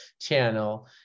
channel